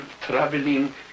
traveling